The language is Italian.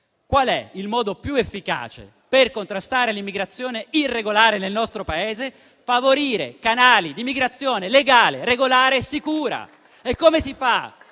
Qual è il modo più efficace per contrastare l'immigrazione irregolare nel nostro Paese? Favorire canali di migrazione legale, regolare e sicura.